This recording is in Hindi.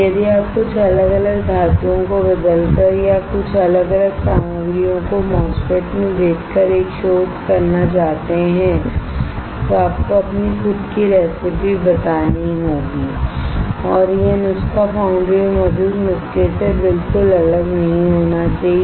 यदि आप कुछ अलग अलग धातुओं को बदलकर या कुछ अलग अलग सामग्रियों को MOSFET में बेचकर एक शोध करना चाहते हैं तो आपको अपनी खुद की रेसिपी बतानी होगी और यह नुस्खा फाउंड्री में मौजूद नुस्खे से बिल्कुल अलग नहीं होना चाहिए